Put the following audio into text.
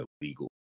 illegal